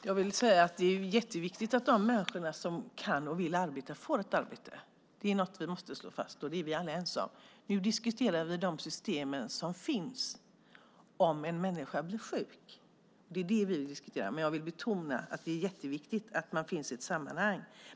Herr talman! Det är jätteviktigt att de människor som kan och vill arbeta får ett arbete. Det är något som vi måste slå fast. Det är vi alla ense om. Nu diskuterar vi de system som finns om en människa blir sjuk. Men jag vill betona att det är jätteviktigt att man finns i ett sammanhang.